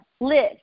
live